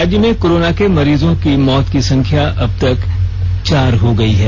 राज्य में कोरोना के मरीजों की मौत की संख्या अब तक चार हो गयी है